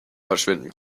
verschwinden